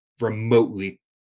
remotely